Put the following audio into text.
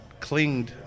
clinged